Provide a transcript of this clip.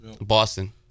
Boston